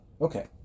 Okay